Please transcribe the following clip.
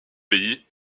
pays